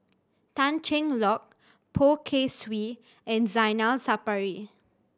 Tan Cheng Lock Poh Kay Swee and Zainal Sapari